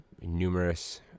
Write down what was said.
numerous